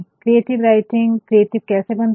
creative writing creative कैसे बनती है